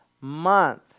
month